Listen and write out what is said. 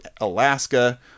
Alaska